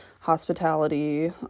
hospitality